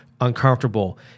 uncomfortable